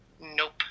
Nope